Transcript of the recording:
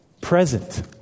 Present